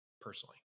personally